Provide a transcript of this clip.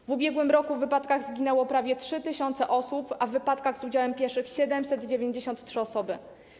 W ubiegłym roku w wypadkach zginęło prawie 3 tys. osób, a w wypadkach z udziałem pieszych - 793 osoby.